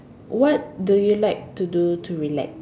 what do you like to do to relax